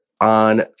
on